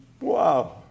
Wow